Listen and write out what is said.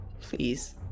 Please